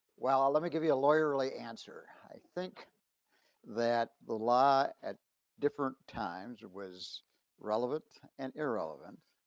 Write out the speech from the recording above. well, i'll let me give you a lawyerly answer. i think that the law at different times was relevant and irrelevant.